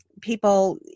people